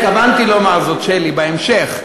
התכוונתי לומר זאת, שלי, בהמשך.